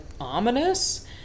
ominous